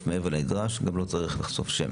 מעבר לנדרש גם לא צריך לחשוף שם.